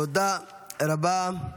תודה רבה.